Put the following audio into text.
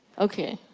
ok.